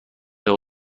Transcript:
اقا